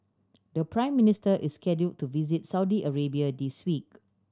the Prime Minister is scheduled to visit Saudi Arabia this week